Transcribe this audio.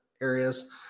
areas